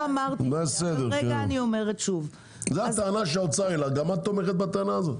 זאת הטענה שהאוצר העלה, גם את תומכת בטענה הזאת?